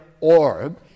orb